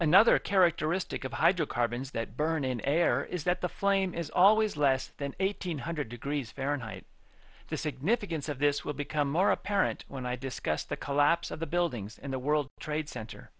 another characteristic of hydrocarbons that burn in air is that the flame is always less than eight hundred degrees fahrenheit the significance of this will become more apparent when i discussed the collapse of the buildings in the world trade center